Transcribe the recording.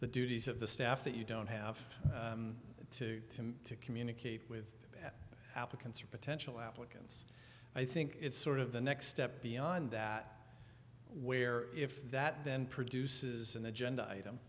duties of the staff that you don't have to to communicate with applicants or potential applicants i think it's sort of the next step beyond that where if that then produces an agenda